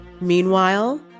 Meanwhile